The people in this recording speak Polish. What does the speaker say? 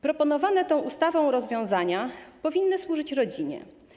Proponowane tą ustawą rozwiązania powinny służyć rodzinie.